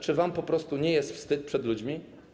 Czy wam po prostu nie jest wstyd przed ludźmi?